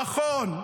נכון,